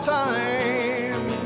time